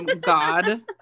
God